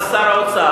אז שר האוצר,